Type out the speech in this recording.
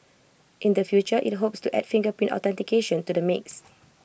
in the future IT hopes to add fingerprint authentication to the mix